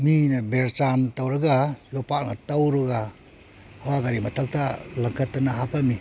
ꯃꯤꯅ ꯕꯦꯔꯆꯥꯟ ꯇꯧꯔꯒ ꯌꯣꯄꯥꯛꯅ ꯇꯧꯔꯒ ꯍꯥꯋꯥ ꯒꯥꯔꯤ ꯃꯊꯛꯇ ꯂꯪꯈꯠꯇꯅ ꯍꯥꯄꯝꯃꯤ